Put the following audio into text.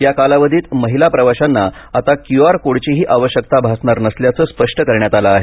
या कालावधीत महिला प्रवाशांना आता क्यू आर कोडचीही आवश्यकता भासणार नसल्याचं स्पष्ट करण्यात आलं आहे